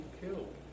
killed